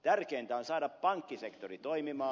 tärkeintä on saada pankkisektori toimimaan